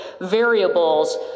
variables